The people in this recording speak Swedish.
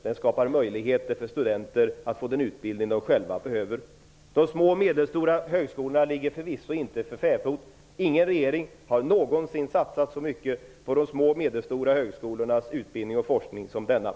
Den skapar möjligheter för studenter att få den utbildning som de själva behöver. De små och medelstora högskolorna ligger förvisso inte för fäfot. Ingen regering har någonsin satsat så mycket på de små och medelstora högskolornas utbildning och forskning som denna.